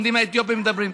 עומדים האתיופים ומדברים,